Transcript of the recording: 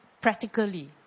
practically